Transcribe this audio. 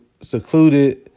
secluded